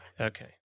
Okay